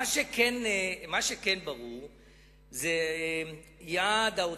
מה שכן, ברור יעד ההוצאות.